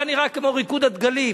היה נראה כמו "ריקוד דגלים".